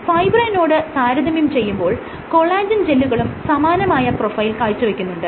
ഫൈബ്രിനിനോട് താരതമ്യം ചെയ്യുമ്പോൾ കൊളാജെൻ ജെല്ലുകളും സമാനമായ പ്രൊഫൈൽ കാഴ്ചവെക്കുന്നുണ്ട്